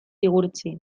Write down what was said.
igurtzi